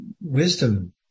wisdom